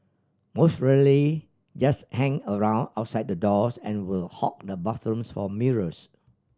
most really just hang around outside the doors and will hog the bathrooms for mirrors